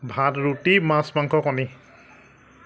ভাত ৰুটি মাছ মাংস কণী